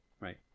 right